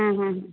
ہاں ہاں ہاں